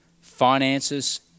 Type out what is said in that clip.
finances